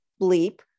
bleep